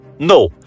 No